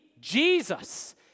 Jesus